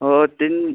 हो तीन